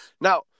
Now